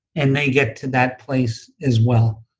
and they get to that place as well.